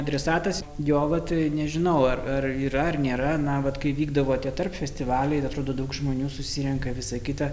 adresatas jo vat nežinau ar ar yra ar nėra na vat kai vykdavote tarp festivaliai atrodo daug žmonių susirenka visa kita